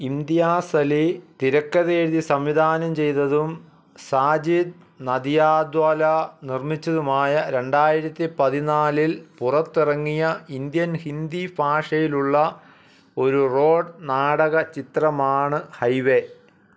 ഇംതിയാസ് അലി തിരക്കഥയെഴുതി സംവിധാനം ചെയ്തതും സാജിദ് നാദിയദ്വാല നിർമ്മിച്ചതുമായ രണ്ടായിരത്തി പതിനാലിൽ പുറത്തിറങ്ങിയ ഇൻഡ്യൻ ഹിന്ദി ഫാഷയിലുള്ള ഒരു റോഡ് നാടക ചിത്രമാണ് ഹൈവേ